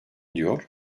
diyor